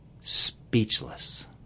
speechless